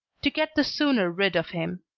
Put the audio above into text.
to get the sooner rid of him.